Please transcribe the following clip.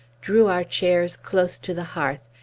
drew our chairs close to the hearth,